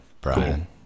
Brian